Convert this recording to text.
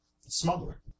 smuggler